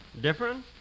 Different